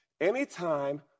anytime